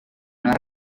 una